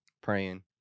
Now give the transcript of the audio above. Praying